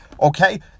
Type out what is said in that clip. Okay